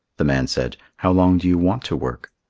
the man said, how long do you want to work?